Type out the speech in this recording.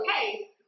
okay